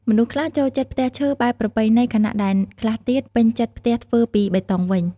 មនុស្សខ្លះចូលចិត្តផ្ទះឈើបែបប្រពៃណីខណៈដែលខ្លះទៀត ពេញចិត្តផ្ទះធ្វើពីបេតុងវិញ។